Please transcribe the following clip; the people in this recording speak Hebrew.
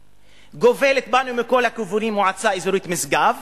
וגובלת בנו מכל הכיוונים המועצה האזורית משגב,